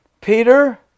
Peter